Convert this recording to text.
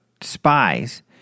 Spies